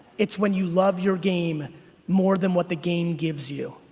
it's when you love your game more than what the game gives you.